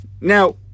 Now